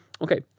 Okay